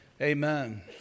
amen